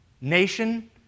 nation